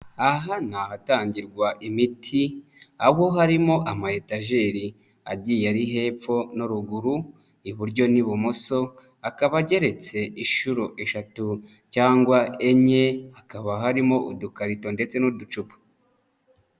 Aha ni ahatangirwa imiti, aho harimo amahetajeri agiye ari hepfo no ruguru, iburyo n'ibumoso, akaba ageretse inshuro eshatu cyangwa enye, hakaba harimo udukarito ndetse n'uducupa.